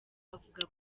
avuga